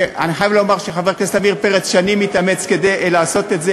אני חייב לומר שחבר הכנסת עמיר פרץ שנים התאמץ לעשות את זה,